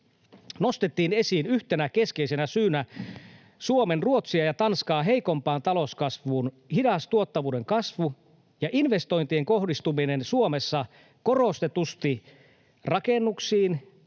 nostettiin esiin yhtenä keskeisenä syynä Suomen Ruotsia ja Tanskaa heikompaan talouskasvuun hidas tuottavuuden kasvu ja investointien kohdistuminen Suomessa korostetusti rakennuksiin,